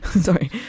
sorry